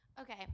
Okay